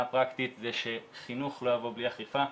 הפרקטית זה שחינוך לא יבוא בלי אכיפה.